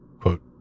quote